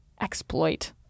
exploit